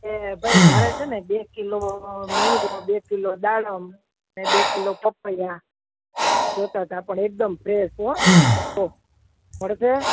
એ ભાઈ મારે છે ને બે કિલો મેંગો બે કિલો દાડમ અને બે કિલો પપૈયાં જોતાં તા પણ એકદમ ફ્રેશ હો હો મળશે